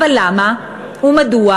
אבל למה ומדוע?